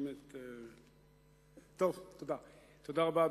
תודה רבה.